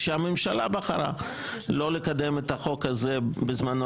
כשהממשלה בחרה לא לקדם את החוק הזה בזמנו,